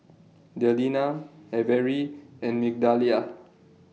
Delina Averi and Migdalia